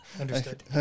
understood